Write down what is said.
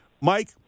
Mike